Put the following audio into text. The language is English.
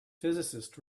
physicist